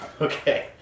Okay